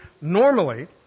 Normally